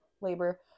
labor